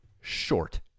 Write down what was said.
short